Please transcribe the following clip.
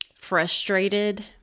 frustrated